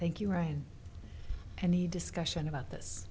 thank you right any discussion about this